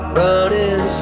running